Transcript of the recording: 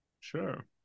Sure